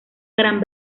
gran